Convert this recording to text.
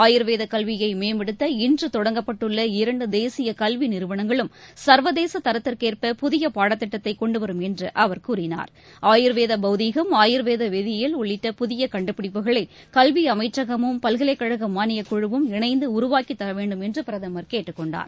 ஆயுர்வேதகல்வியைமேம்படுத்த இன்றுதொடங்கப்பட்டுள்ள இரண்டுதேசியகல்விநிறுவனங்களும் சர்வதேசதரத்திற்குகேற்ப புதியபாடத்திட்டத்தைகொண்டுவரும் என்றுஅவர் கூறினார் ஆயுர்வேதபௌதிகம் உள்ளிட்ட புதியகண்டுபிடிப்புகளை கல்விஅமைச்சகமும் பல்கலைக்கழகமானியக்குழுவும் இணைந்துஉருவாக்கிதரவேண்டும் என்றுபிரதமர் கேட்டுக்கொண்டார்